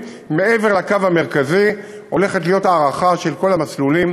מעבר לקו המרכזי הולכת להיות הארכה של כל המסלולים,